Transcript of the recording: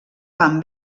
van